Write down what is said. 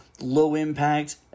low-impact